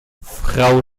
frau